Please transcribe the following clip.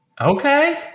Okay